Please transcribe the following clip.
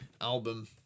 album